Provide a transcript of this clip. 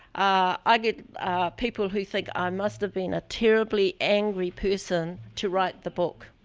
i get people who think i must have been a terribly angry person to write the book.